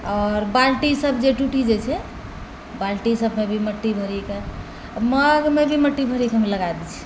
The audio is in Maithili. आओर बाल्टी सबजे टुटि जाइ छै बाल्टीसबमे भी मट्टी भरिके मगमे भी मट्टी भरिके हम लगा दै छिए